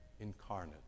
incarnate